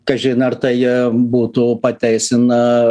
kažin ar tai būtų pateisina